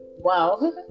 Wow